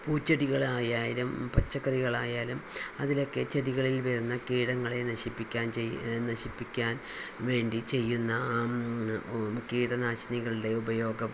പൂച്ചെടികളായാലും പച്ചക്കറികളായാലും അതിലൊക്കെ ചെടികളിൽ വരുന്ന കീടങ്ങളെ നശിപ്പിക്കാൻ ചെ നശിപ്പിക്കാൻ വേണ്ടി ചെയ്യുന്ന കീടനാശിനികളുടെ ഉപയോഗം